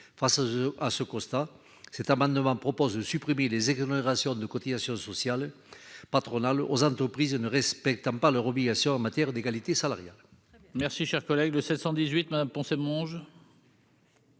à ce constat, cet amendement propose de supprimer les exonérations de cotisations sociales patronales aux entreprises ne respectant pas leur obligation en matière d'égalité salariale.